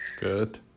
Good